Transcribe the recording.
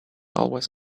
always